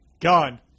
gone